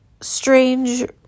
strange